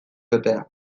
betea